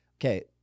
Okay